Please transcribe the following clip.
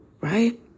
Right